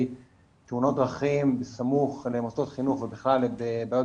תאונות דרכים בסמוך למוסדות חינוך ובכלל בעיות